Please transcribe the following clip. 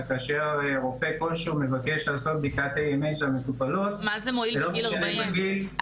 וכאשר רופא מבקש לעשות את הבדיקה --- מה זה מועיל בגיל 40?